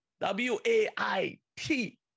W-A-I-T